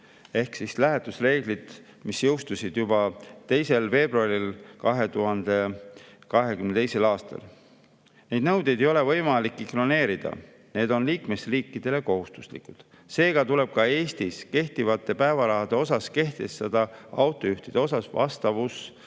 ehk lähetusreeglid, mis jõustusid juba 2. veebruaril 2022. aastal. Neid nõudeid ei ole võimalik ignoreerida, need on liikmesriikidele kohustuslikud. Seega tuleb ka Eestis kehtivate päevarahade osas kehtestada autojuhtide puhul vastav